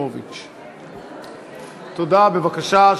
בבקשה.